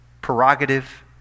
prerogative